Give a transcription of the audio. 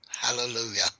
hallelujah